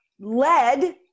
led